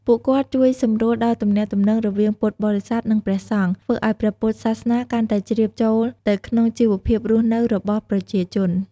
ពួកគាត់ជួយសម្រួលដល់ទំនាក់ទំនងរវាងពុទ្ធបរិស័ទ និងព្រះសង្ឃ ធ្វើឱ្យព្រះពុទ្ធសាសនាកាន់តែជ្រាបចូលទៅក្នុងជីវភាពរស់នៅរបស់ប្រជាជន។